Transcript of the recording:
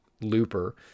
looper